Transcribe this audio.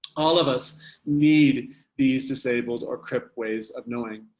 all of us need these disabled or crip ways of knowing,